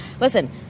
listen